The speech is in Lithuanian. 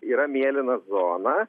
yra mėlyna zona